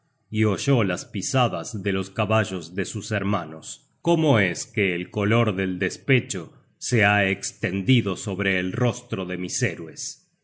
y oyó las pisadas de los caballos de sus hermanos cómo es que el color del despecho se ha estendido sobre el rostro de mis héroes